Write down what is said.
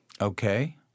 Okay